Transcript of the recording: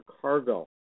cargo